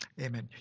Amen